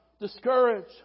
discouraged